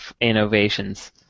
Innovations